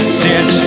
sit